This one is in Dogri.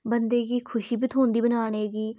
बंदे गी खुशी बी थ्होंदी बनाने दी